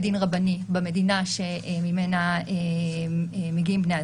דין רבני במדינה שממנה מגיעים בני הזוג,